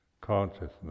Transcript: consciousness